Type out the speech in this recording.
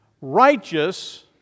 righteous